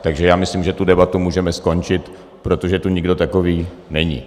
Takže já myslím, že tu debatu můžeme skončit, protože tu nikdo takový není.